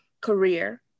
career